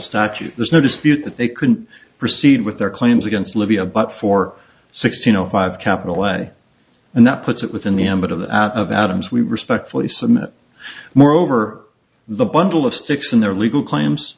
statute there's no dispute that they couldn't proceed with their claims against libya but for sixteen zero five capital way and that puts it within the ambit of the of adams we respectfully submit moreover the bundle of sticks in their legal claims